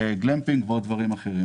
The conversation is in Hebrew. גלמפינג ועוד דברים אחרים.